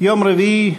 יום רביעי,